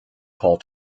call